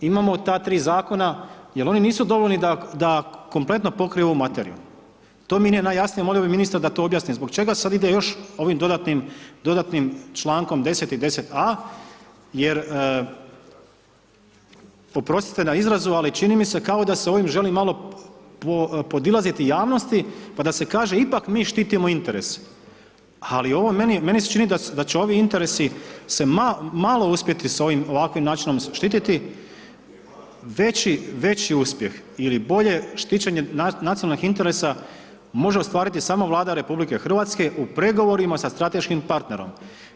Imamo ta tri zakona jel oni nisu dovoljni da, da kompletno pokriju materiju, to mi nije najjasnije molio bi ministra da to objasni, zbog čega sad ide još ovim dodatnim, dodatnim člankom 10. i 10a., jer oprostite na izrazu, ali čini mi se kao da se ovim želi malo podilaziti javnosti pa da se kaže ipak mi štitimo interese, ali ovo je, meni se čini da će ovi interesi se malo uspjeti s ovakvim načinom se štititi, veći uspjeh ili bolje štićenje nacionalnih interesa može ostvariti samo Vlada RH u pregovorima sa strateškim partnerom.